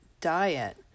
diet